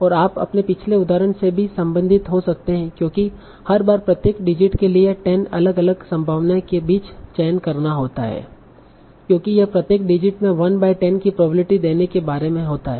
और आप अपने पिछले उदाहरण से भी संबंधित हो सकते हैं क्योंकि हर बार प्रत्येक डिजिट के लिए 10 अलग अलग संभावनाओं के बीच चयन करना होता था क्योंकि यह प्रत्येक डिजिट में 1 बाय 10 की प्रोबेबिलिटी देने के बारे में होता है